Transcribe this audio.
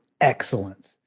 excellence